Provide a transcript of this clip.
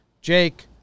Jake